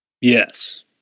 Yes